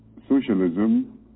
socialism